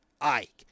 Ike